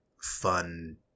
fun